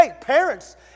parents